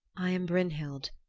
i am brynhild,